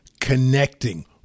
connecting